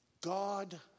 God